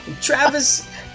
Travis